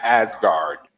asgard